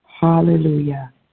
Hallelujah